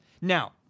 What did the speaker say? Now